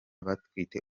batwite